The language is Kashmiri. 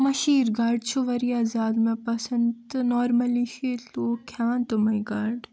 مشیٖر گڈ چھِ وارِیاہ زیادٕ مےٚ پسند تہٕ نارمٔلی چھِ ییٚتہِ لوٗکھ کھیٚوان تٔمے گاڈٕ